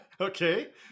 Okay